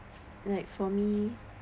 like for me